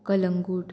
Calangute